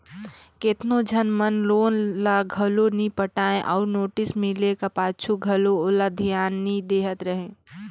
केतनो झन मन लोन ल घलो नी पटाय अउ नोटिस मिले का पाछू घलो ओला धियान नी देहत रहें